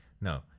No